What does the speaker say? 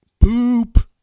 poop